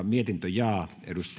ja